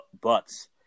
butts